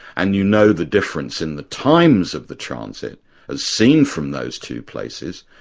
and you know the difference in the times of the transit as seen from those two places,